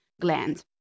gland